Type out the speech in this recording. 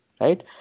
Right